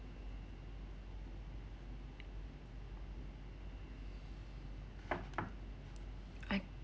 I